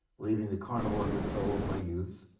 leaving the carnival undertow of my youth,